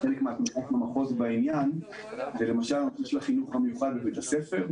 חלק מהתמיכה של המחוז בעניין הוא למשל בנושא החינוך המיוחד בבית הספר.